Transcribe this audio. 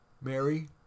Mary